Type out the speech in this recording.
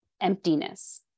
emptiness